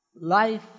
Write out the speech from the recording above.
Life